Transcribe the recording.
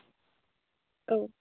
औ